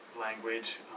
language